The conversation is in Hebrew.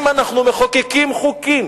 אם אנחנו מחוקקים חוקים